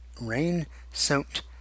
rain-soaked